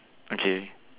okay